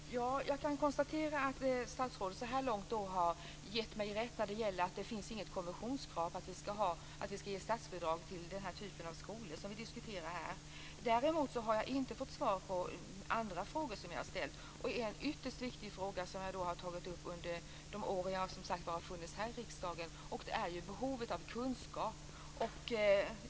Fru talman! Jag kan konstatera att statsrådet så här långt har gett mig rätt i att det inte finns något konventionskrav på att vi ger statsbidrag till den typ av skolor som vi diskuterar här. Däremot har jag inte fått svar på andra frågor som jag har ställt, och en ytterst viktig fråga som jag har tagit upp under de år jag har funnits här i riksdagen är ju behovet av kunskap.